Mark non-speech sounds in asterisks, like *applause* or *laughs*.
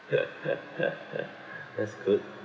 *laughs* that's good